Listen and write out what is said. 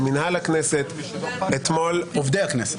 למינהל הכנסת -- לעובדי הכנסת.